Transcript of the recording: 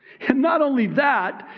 and not only that,